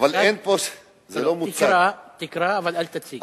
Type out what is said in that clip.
תקרא אבל אל תציג.